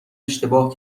اشتباه